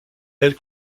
elle